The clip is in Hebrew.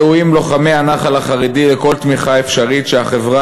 ראויים לוחמי הנח"ל החרדי לכל תמיכה אפשרית שהחברה